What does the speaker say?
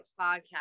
Podcast